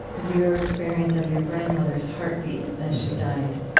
your experience of your grandmother's heartbeat as she died.